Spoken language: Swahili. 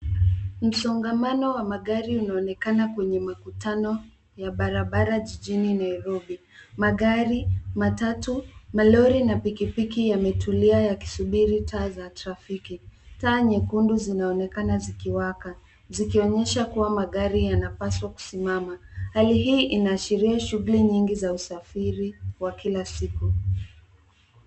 Msongamano wa magari unaonekana kwenye makutano ya barabara jijini Nairobi. Magari, matatu, malori na pikipiki za abiria vinasababisha msongamano wa trafiki. Taa nyekundu za barabara zinaonekana zikiwa zimewaka, zikisababisha baadhi ya magari kusimama.